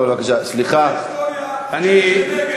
תקרא את ההיסטוריה של הנגב.